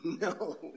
No